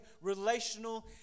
relational